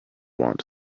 want